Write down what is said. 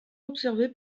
observées